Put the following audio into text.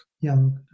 young